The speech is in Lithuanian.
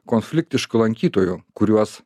konfliktišku lankytoju kuriuos